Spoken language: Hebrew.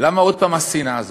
למה עוד פעם השנאה הזאת?